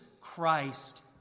Christ